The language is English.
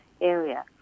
area